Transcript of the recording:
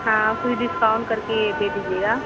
हाँ कोई डिस्काउंट करके दे दीजिएगा